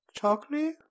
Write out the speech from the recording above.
Chocolate